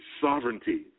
sovereignty